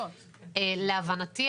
להבנתי,